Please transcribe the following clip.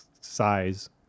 size